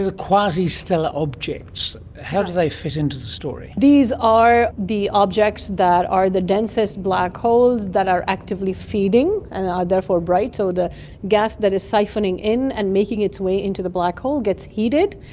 quasi-stellar objects. how do they fit into the story? these are the objects that are the densest black holes that are actively feeding and are therefore bright, so the gas that is siphoning in and making its way into the black hole gets heated,